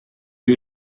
you